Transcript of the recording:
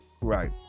Right